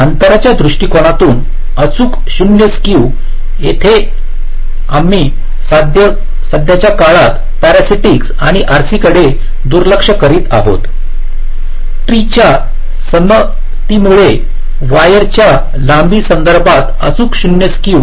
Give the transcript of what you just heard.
अंतराच्या दृष्टिकोनातून अचूक 0 स्क्यू येथे आम्ही सध्याच्या काळात पॅरासिटिकस आणि RC कडे दुर्लक्ष करीत आहोत ट्री च्या सममितीमुळे वायरच्या लांबीसंदर्भात अचूक 0 स्क्यू